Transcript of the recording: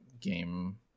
game